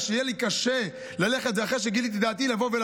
יהיה לי קשה אחר כך לבוא ולדון אחרי שגיליתי את דעתי פה.